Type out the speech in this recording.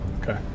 Okay